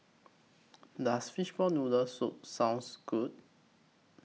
Does Fishball Noodle Soup sounds Good